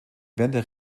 während